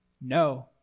No